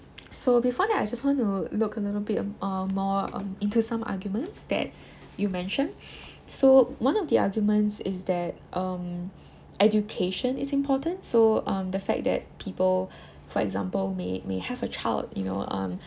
so before that I just want to look a little bit uh more um into some arguments that you mentioned so one of the arguments is that um education is important so um the fact that people for example may may have a child you know um